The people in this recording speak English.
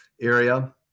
area